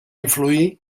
influir